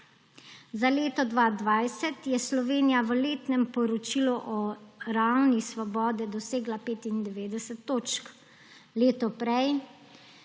Za leto 2020 je Slovenija v letnem poročilu o ravni svobode dosegla 95 točk, leto prej,